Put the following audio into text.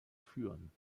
führen